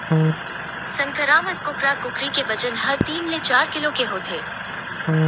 संकरामक कुकरा कुकरी के बजन ह तीन ले चार किलो के होथे